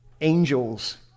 angels